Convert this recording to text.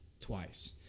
Twice